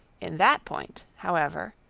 in that point, however,